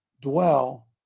dwell